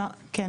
כן.